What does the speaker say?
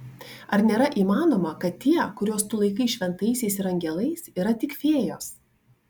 ar nėra įmanoma kad tie kuriuos tu laikai šventaisiais ir angelais yra tik fėjos